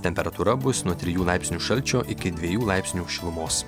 temperatūra bus nuo trijų laipsnių šalčio iki dviejų laipsnių šilumos